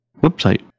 website